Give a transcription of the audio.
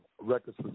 Records